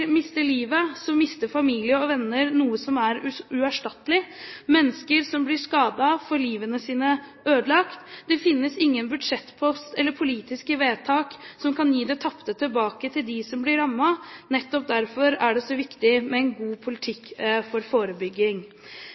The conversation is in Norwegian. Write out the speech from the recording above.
mister livet, mister familie og venner noe som er uerstattelig, og mennesker som blir skadet, får livet sitt ødelagt. Det finnes ingen budsjettpost eller politiske vedtak som kan gi det tapte tilbake til dem som blir rammet. Nettopp derfor er det så viktig med en god politikk for forebygging.